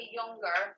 younger